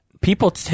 people